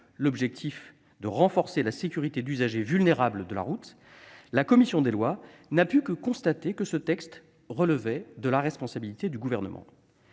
l'objectif de renforcer la sécurité des usagers de la route vulnérables, la commission des lois n'a pu que constater que ce texte relevait de la responsabilité du Gouvernement.